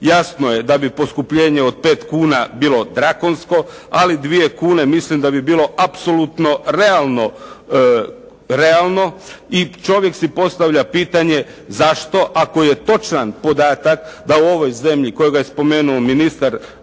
jasno je da bi poskupljenje od 5 kuna bilo drakonsko, ali 2 kune, mislim da bi bilo apsolutno realno, i čovjek si postavlja pitanje zašto ako je točan podatak da u ovoj zemlji kojega je spomenuo ministar,